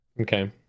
Okay